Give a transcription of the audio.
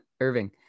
Irving